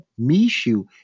Mishu